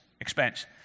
expense